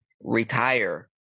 retire